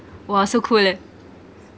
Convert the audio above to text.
!wah! so cool leh